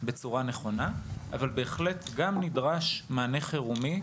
אבל בהחלט גם נדרש מענה חירומי,